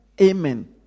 Amen